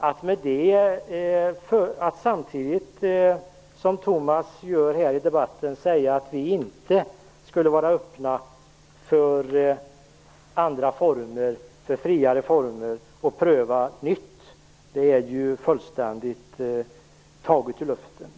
Att som Tomas Högström säga att vi inte skulle vara öppna för andra och friare former och för att pröva nytt är fullständigt taget ur luften.